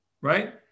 right